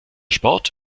sport